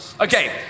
Okay